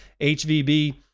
HVB